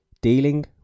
dealing